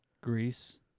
Greece